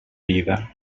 vida